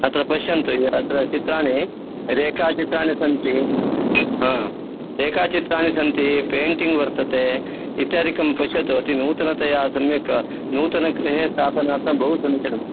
अत्र पश्यन्तु अत्र चित्राणि रेखाचित्राणि सन्ति रेखाचित्राणि सन्ति पेण्टिङ्ग् वर्तते इत्यादिकं पश्यतु अति नूतनतया सम्यक् नूतनगृहे स्थापनार्थं बहु समीचीनं